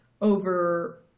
over